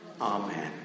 Amen